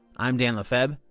i'm dan lefebvre.